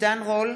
עידן רול,